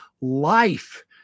life